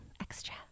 extra